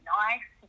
nice